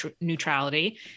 neutrality